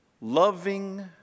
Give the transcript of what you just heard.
loving